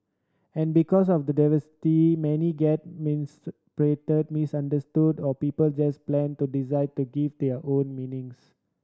and because of the diversity many get misinterpreted misunderstood or people just plain to decide to give it their own meanings